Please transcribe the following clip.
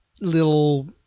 little